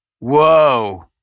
Whoa